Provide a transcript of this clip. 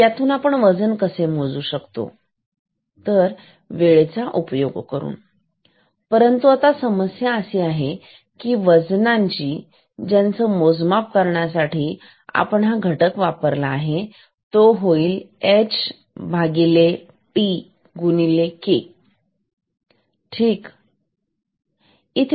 तर आपण वजन कसे मोजू शकतो वेळेचा उपयोग करून आता ही समस्या आहे समस्या आहे वजनाची ज्यांचा मोजमाप करण्यासाठी आपण घटक वापरला htK ठीक